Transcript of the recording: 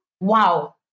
wow